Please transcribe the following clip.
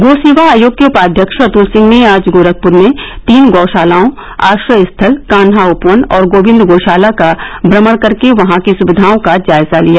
गो सेवा आयोग के उपाध्यक्ष अतृल सिंह ने आज गोरखपूर में तीन गोशालाओं आश्रय स्थल कान्हा उपवन और गोविंद गोशाला का भ्रमण कर वहां की सुविधाओं का जायजा लिया